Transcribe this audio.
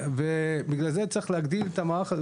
לכן צריך להגדיל את המערך הזה,